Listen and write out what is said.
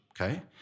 okay